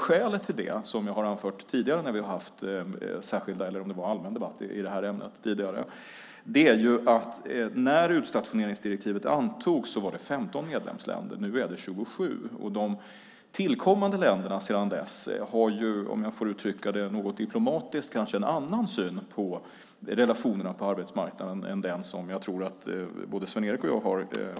Skälet till det är, som jag har framfört tidigare när vi har haft särskild eller allmän debatt i det här ämnet, är att när utstationeringsdirektivet antogs var antalet medlemsländer 15. Nu är det 27. De länder som har tillkommit har ju, om jag får uttrycka det diplomatiskt, kanske en annan syn på relationerna på arbetsmarknaden än den som nog både Sven-Erik och jag delar.